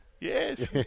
yes